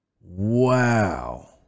wow